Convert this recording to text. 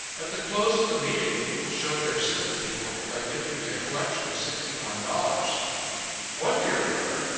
at the close of the meeting, the people showed their sympathy for me by giving me a collection of sixty one dollars one dear brother,